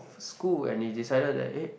school and he decided that eh